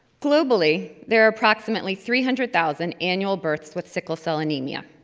globally, there are approximately three hundred thousand annual births with sickle cell anemia.